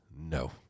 no